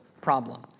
problem